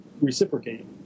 reciprocate